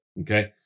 Okay